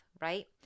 right